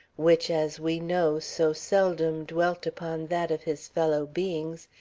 which, as we know, so seldom dwelt upon that of his fellow-beings,